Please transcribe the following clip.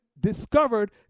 discovered